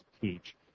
teach